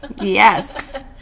Yes